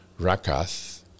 Rakath